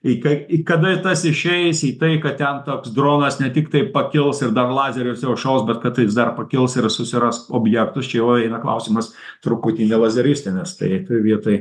i kai i kada tas išeis į tai kad ten toks dronas ne tiktai pakils ir dar lazerius jau šaus bet kad jis dar pakils ir susiras objektus čia jau eina klausimas truputį nelazeristinis tai toj vietoj